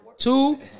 Two